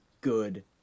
good